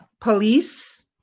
police